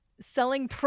selling